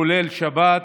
כולל שבת,